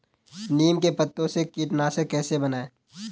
नीम के पत्तों से कीटनाशक कैसे बनाएँ?